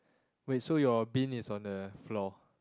wait so your bin is on the floor